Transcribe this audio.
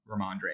Ramondre